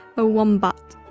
a wombat.